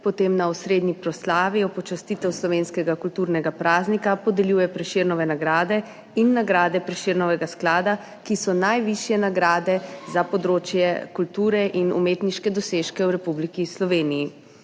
potem na osrednji proslavi v počastitev slovenskega kulturnega praznika podeljuje Prešernove nagrade in nagrade Prešernovega sklada, ki so najvišje nagrade za področje kulture in umetniške dosežke v Republiki Sloveniji.